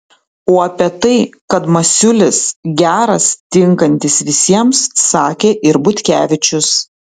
o apie tai kad masiulis geras tinkantis visiems sakė ir butkevičius